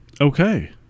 Okay